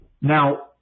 Now